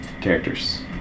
Characters